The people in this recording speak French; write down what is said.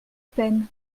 peine